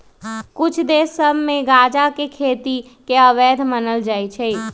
कुछ देश सभ में गजा के खेती के अवैध मानल जाइ छै